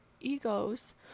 egos